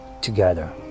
together